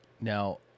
Now